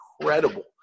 incredible